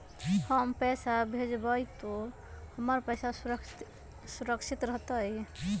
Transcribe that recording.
हम पैसा भेजबई तो हमर पैसा सुरक्षित रहतई?